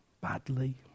Badly